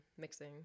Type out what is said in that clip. mixing